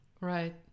Right